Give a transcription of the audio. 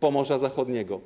Pomorza Zachodniego.